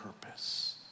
purpose